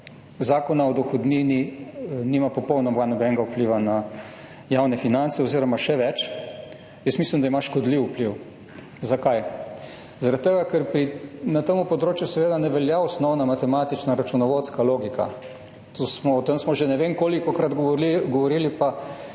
Zakona o dohodnini nima popolnoma nobenega vpliva na javne finance. Oziroma še več, jaz mislim, da ima škodljiv vpliv. Zakaj? Zaradi tega ker na tem področju seveda ne velja osnovna matematična računovodska logika, o tem smo že ne vem kolikokrat govorili,